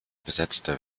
besetzte